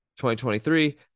2023